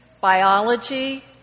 biology